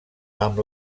amb